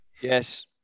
Yes